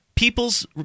people's